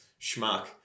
schmuck